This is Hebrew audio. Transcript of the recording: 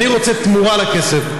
אני רוצה תמורה לכסף.